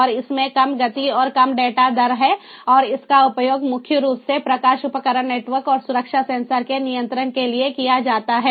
और इसमें कम गति और कम डेटा दर है और इसका उपयोग मुख्य रूप से प्रकाश उपकरण नेटवर्क और सुरक्षा सेंसर के नियंत्रण के लिए किया जाता है